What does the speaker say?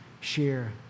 share